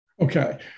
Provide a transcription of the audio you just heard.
Okay